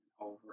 over